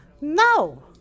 No